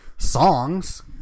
Songs